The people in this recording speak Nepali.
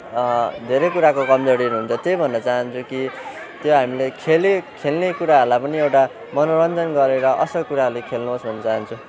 धेरै कुराको कमजोरीहरू हुन्छ त्यही भन्न चाहन्छु कि त्यो हामीलाई खेले खेल्ने कुराहरूलाई पनि एउटा मनोरञ्जन गरेर असल कुराहरूले खेल्नुहोस् भन्न चाहन्छु